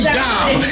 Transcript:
down